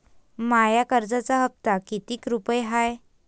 माया कर्जाचा हप्ता कितीक रुपये हाय?